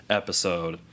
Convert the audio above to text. episode